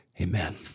amen